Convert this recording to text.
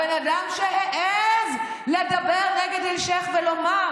הבן אדם שהעז לדבר נגד אלשייך ולומר